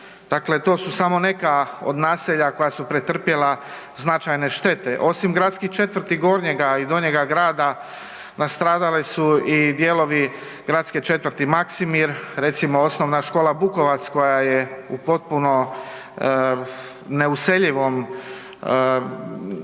dakle to su samo neka od naselja koja su pretrpjela značajne štete. Osim gradskih četvrti Gornjega i Donjega grada, nastradale su i dijelovi gradske četvrti Maksimir, recimo OS Bukovac, koja je u potpuno neuseljivom,